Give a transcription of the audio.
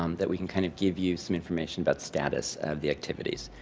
um that we can kind of give you some information about status of the activities.